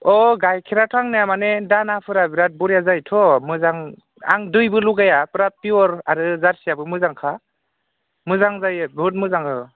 अ गाइखेराथ' आंनिया माने दानाफोरा बिराद बरिया जायोथ' मोजां आं दैबो लगाया फुरा पियर आरो जार्सियाबो मोजांखा मोजां जायो बुहुद मोजां औ